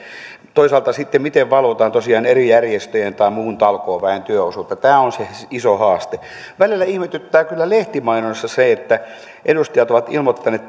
toisaalta sitten se miten valvotaan tosiaan eri järjestöjen tai muun talkooväen työosuutta on se iso haaste välillä ihmetyttää kyllä lehtimainonnassa se että edustajat ovat ilmoittaneet